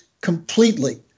completely